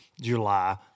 July